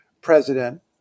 president